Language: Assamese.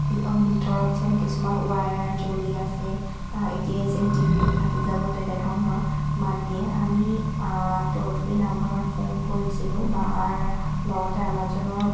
কি ভিতৰত যেন কিছুমান ওৱায়াৰ জ্বলি আছে এতিয়াই যেন টিভিটো ফাটি যাব তেনেধৰণৰ মাত দিয়ে আমি ট'ল ফ্ৰী নাম্বাৰত ফোন কৰিছিলোঁ বাৰ লগতে আমাজনৰ